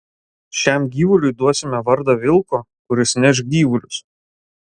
šiam gyvuliui duosime vardą vilko kuris neš gyvulius